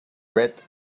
red